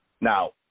Now